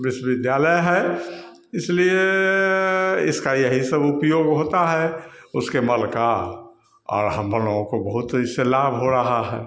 विश्वविद्यालय है इसलिए इसका यही सब उपयोग होता है उसके मल का और हमलोगों को बहुत इससे लाभ हो रहा है